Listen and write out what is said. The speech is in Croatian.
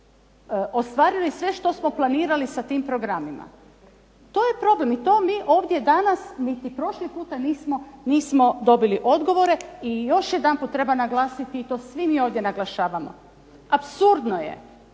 ostvarili sve što smo planirali sa tim programima. To je problem i to mi ovdje danas niti prošli puta nismo dobili odgovore. I još jedanput treba naglasiti i to svi mi ovdje naglašavamo, apsurdno je